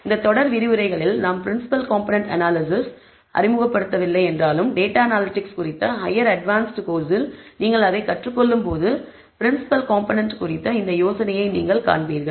இந்த தொடர் விரிவுரைகளில் நாம் ப்ரின்சிபிள் காம்போனென்ட் அனாலிசிஸ் அறிமுகப்படுத்தவில்லை என்றாலும் டேட்டா அனாலிடிக்ஸ் குறித்த ஹையர் அட்வான்ஸ்ட் கோர்ஸ் இல் நீங்கள் அதைக் கற்றுக் கொள்ளும்போது ப்ரின்சிபிள் காம்போனென்ட் குறித்த இந்த யோசனையை நீங்கள் காண்பீர்கள்